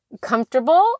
comfortable